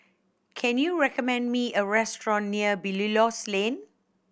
can you recommend me a restaurant near Belilios Lane